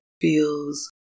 feels